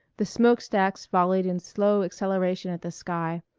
the smoke-stacks volleyed in slow acceleration at the sky,